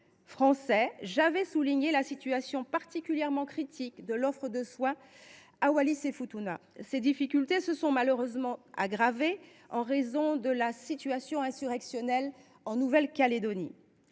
santé, je soulignais la situation particulièrement critique de l’offre de soins à Wallis et Futuna. Ces difficultés se sont depuis lors, hélas ! aggravées, en raison de la situation insurrectionnelle en Nouvelle Calédonie,